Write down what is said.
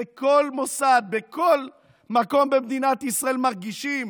בכל מוסד, בכל מקום במדינת ישראל מרגישים